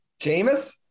Jameis